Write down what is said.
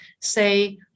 say